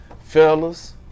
fellas